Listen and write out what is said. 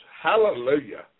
Hallelujah